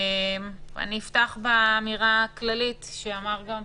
אפתח באמירה הכללית, שאמר גם פרופ'